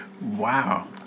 Wow